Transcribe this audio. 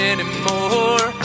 Anymore